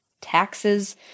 taxes